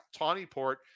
Tawnyport